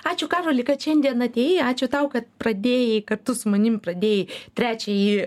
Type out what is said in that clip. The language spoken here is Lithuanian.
ačiū karoli kad šiandien atėjai ačiū tau kad pradėjai kartu su manim pradėjai trečiąjį